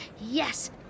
yes